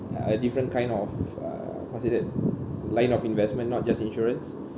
uh a different kind of uh considered line of investment not just insurance